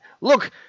Look